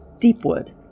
Deepwood